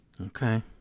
Okay